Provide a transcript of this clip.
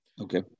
Okay